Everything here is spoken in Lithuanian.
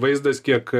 vaizdas kiek